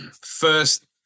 first